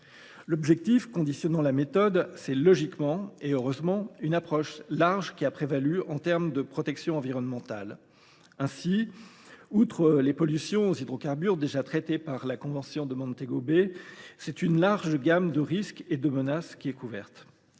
L’objectif conditionnant la méthode, c’est logiquement – et heureusement – une approche large qui a prévalu en matière de protection environnementale. Ainsi, outre les pollutions aux hydrocarbures déjà traitées par la convention de Montego Bay, une large gamme de risques et de menaces est couverte.